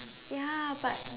ya but